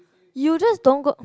you just don't go